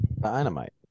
Dynamite